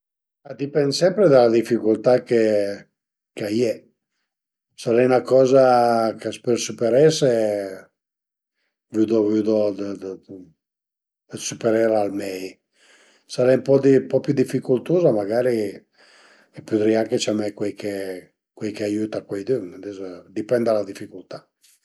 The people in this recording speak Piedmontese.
A dipend sempre da la dificultà che a ie, s'a ie 'na coza ch'a s'pöl süperese, vëdu vëdu dë süperela al mei, s'al e ën po pi dificultuza, magari i pudrìa anche ciamé cuaiche cuaiche aiüt a cuaidün, ades a dipend da la dificultà